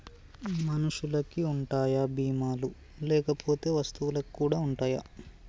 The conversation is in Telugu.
మనుషులకి ఉంటాయా బీమా లు లేకపోతే వస్తువులకు కూడా ఉంటయా?